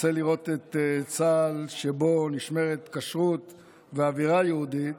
רוצה לראות את צה"ל שבו נשמרת כשרות ואווירה יהודית